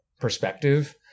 perspective